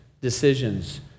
decisions